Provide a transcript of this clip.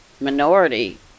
minority